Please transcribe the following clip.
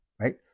right